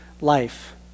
life